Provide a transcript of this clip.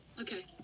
Okay